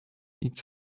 its